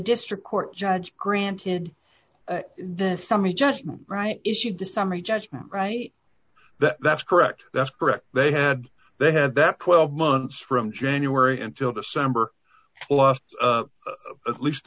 district court judge granted the summary judgment right issue december judgment right that's correct that's correct they had they had that twelve months from january until december last at least